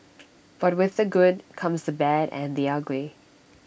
but with the good comes the bad and the ugly